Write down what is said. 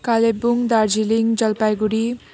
Kalimpong Darjeeling Jalpaiguri